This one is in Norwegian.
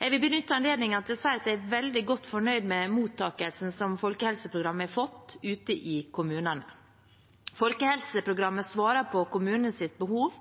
Jeg vil benytte anledningen til å si at jeg er veldig godt fornøyd med mottakelsen folkehelseprogrammet har fått ute i kommunene. Folkehelseprogrammet svarer på kommunenes behov